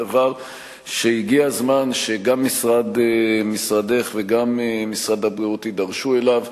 בדבר שהגיע הזמן שגם משרדך וגם משרד הבריאות יידרשו אליו,